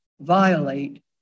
violate